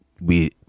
we-